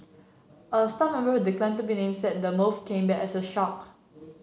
a staff member who declined to be named said the move came as a shock